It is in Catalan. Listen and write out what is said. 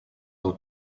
del